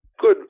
Good